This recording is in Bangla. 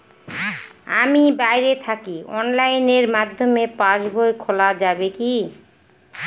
আমি বাইরে থাকি অনলাইনের মাধ্যমে পাস বই খোলা যাবে কি?